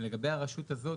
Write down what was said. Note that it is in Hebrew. ולגבי הרשות הזאת,